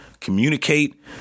Communicate